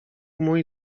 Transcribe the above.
mój